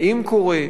האם קורה,